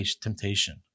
temptation